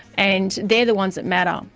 and they're the ones that matter. um